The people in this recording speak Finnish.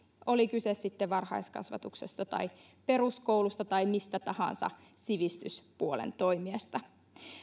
oli kyse sitten varhaiskasvatuksesta tai peruskoulusta tai mistä tahansa sivistyspuolen toimijasta